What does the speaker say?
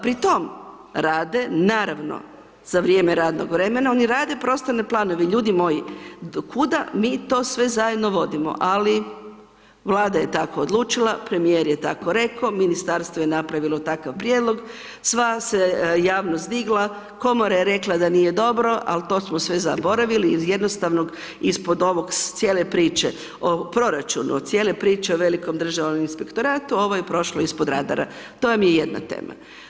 Pri tome rade, naravno, za vrijeme radnog vremena, oni rade prostorne planove, ljudi moji do kuda mi to sve zajedno vodimo, ali Vlada je tako odlučila, premijer je tako rekao, Ministarstvo je napravilo takav prijedlog, sva se javnost digla, Komora je rekla da nije dobro, al to smo sve zaboravili iz jednostavnog, ispod ovog cijele priče o proračunu, od cijele priče o velikom Državnom inspektoratu, ovo je prošlo ispod radara, to vam je jedna tema.